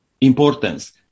importance